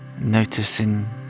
noticing